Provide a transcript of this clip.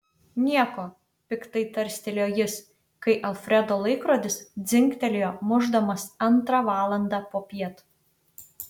nieko piktai tarstelėjo jis kai alfredo laikrodis dzingtelėjo mušdamas antrą valandą popiet